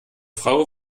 frau